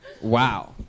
Wow